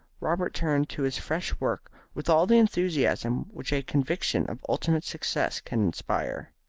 robert turned to his fresh work with all the enthusiasm which a conviction of ultimate success can inspire.